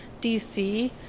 DC